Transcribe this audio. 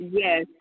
yes